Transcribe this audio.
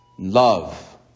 love